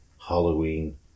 Halloween